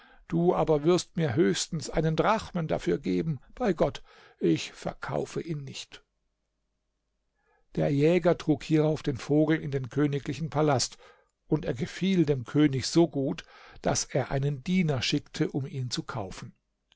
du aber wirst mir höchstens einen drachmen dafür geben bei gott ich verkaufe ihn nicht der jäger trug hierauf den vogel in den königlichen palast und er gefiel dem könig so gut daß er einen diener schickte um ihn zu kaufen